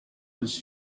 was